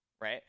right